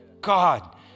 God